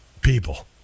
people